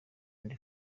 and